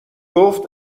گفت